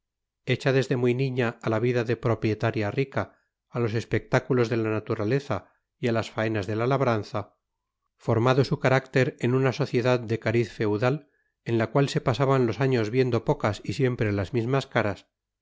hecha desde muy niña a la vida de propietaria rica a los espectáculos de la naturaleza y a las faenas de la labranza formado su carácter en una sociedad de cariz feudal en la cual se pasaban los años viendo pocas y siempre las mismas caras